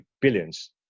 billions